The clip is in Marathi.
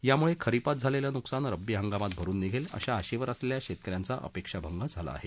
त्यामुळे खरिपात झालेलं नुकसान रब्बी हंगामात भरून निघेल अशा आशेवर असलेल्या शेतक याचा अपेक्षा भंग झाला आहे